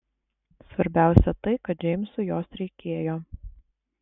svarbiausia tai kad džeimsui jos reikėjo